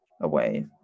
away